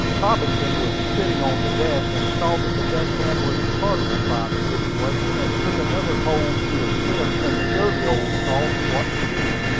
cobbington was sitting on the deck, and saw that the deck-hand was puzzled by the situation, and took another pole to assist and show the old salt what to do.